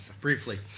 briefly